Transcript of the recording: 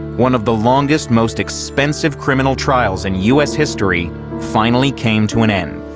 one of the longest, most expensive criminal trials in u s. history finally came to an end.